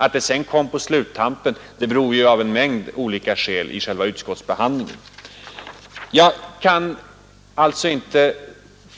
Att det sedan blev aktuellt på sluttampen av utskottsbehandlingen beror på en mängd olika omständigheter. Jag kan alltså inte